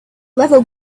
level